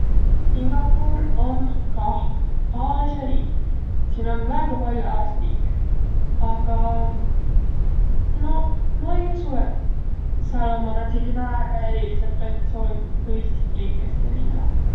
Singapur om kah Aasia riik. Siin om väega pall'o Aasia riike nüüd, aga noq, ma ei usuq, et sääl ommaq määntsegiq väega erilidseq traditsiooniq, tõisist riikest erineväq.